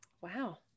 Wow